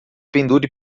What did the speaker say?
pendure